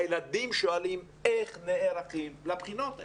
הילדים שואלים איך נערכים לבחינות האלה.